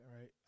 Right